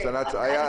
סנ"צ איה,